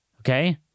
Okay